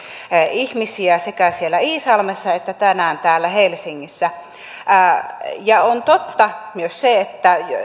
ihmisiä sekä siellä iisalmessa että tänään täällä helsingissä on totta myös se että